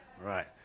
Right